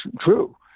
true